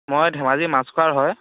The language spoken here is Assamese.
মই ধেমাজিৰ মাজখোৱাৰ হয়